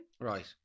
Right